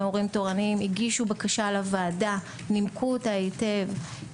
הורים תורניים הגישו בקשה לוועדה ונימקו אותם היטב.